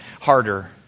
harder